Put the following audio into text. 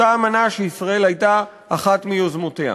אותה אמנה שישראל הייתה אחת מיוזמותיה.